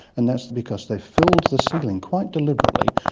and that's because they filled the ceiling quite deliberately,